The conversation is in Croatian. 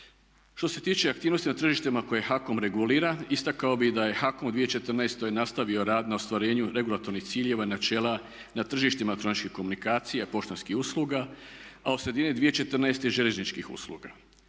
Što se tiče aktivnosti na tržištima koje HAKOM regulira istakao bih da je HAKOM u 2014. nastavio rad na ostvarenju regulatornih ciljeva i načela na tržištima elektroničkih komunikacija, poštanskih usluga, a od sredine 2014. željezničkih usluga.